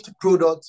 product